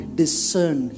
discern